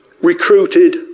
recruited